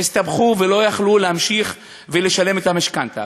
הסתבכו ולא יכלו להמשיך לשלם את המשכנתה.